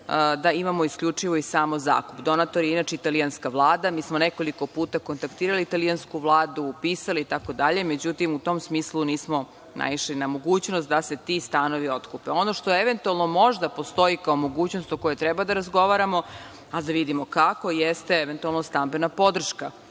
da imamo isključivo i samo zakup. Donator je inače Italijanska vlada, mi smo nekoliko puta kontaktirali Italijansku vladu, upisali itd. Međutim, u tom smislu nismo naišli na mogućnost da se ti stanovi otkupe. Ono što eventualno, možda postoji kao mogućnost o kojoj treba da razgovaramo, a da vidimo kako, jeste eventualno stambena podrška,